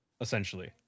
Essentially